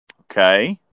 okay